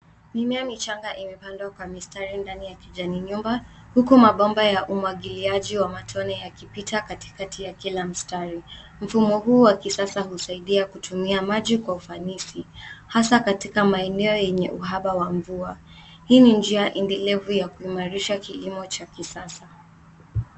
Mimea michanga imepandwa kwa mistari ndani ya kijani nyumba; huku mabomba ya umwagiliaji wa matone yakipita katikati ya kila mstari. Mfumo huu wa kisasa husaidia kutumia maji kwa ufanisi hasa katika maeneo ya uhaba wa mvua. Hii ni njia endelevu ya kuimarisha kilimo cha kisasa.